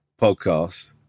podcast